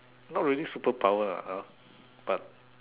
not really super power lah !huh! but